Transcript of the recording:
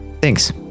Thanks